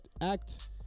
act